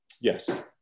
Yes